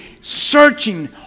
searching